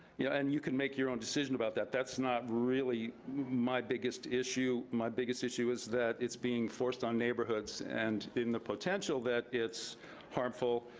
you know, and you can make your own decision about that. that's not really my biggest issue. my biggest issue is that it's being forced on neighborhoods, and in the potential that it's harmful,